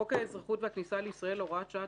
חוק האזרחות והכניסה לישראל (הוראת שעה),